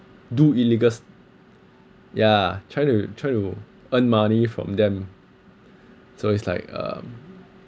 do illegals ya try to try to earn money from them so it's like um